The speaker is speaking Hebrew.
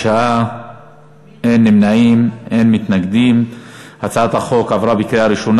ההצעה להעביר את הצעת חוק לתיקון פקודת מחלות בעלי-חיים (מס' 7),